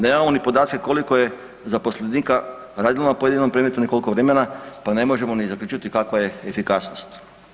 Nemamo ni podatke koliko je zaposlenika radilo na pojedinom predmetu ni koliko vremena, pa ne možemo ni zaključiti kakva je efikasnost.